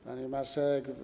Pani Marszałek!